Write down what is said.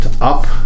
up